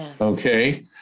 Okay